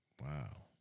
Wow